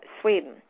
Sweden